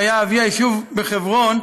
שהיה אבי היישוב בחברון,